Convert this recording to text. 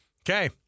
Okay